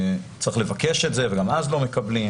צריך לבקש את זה וגם אז לא מקבלים.